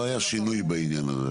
לא היה שינוי בעניין הזה.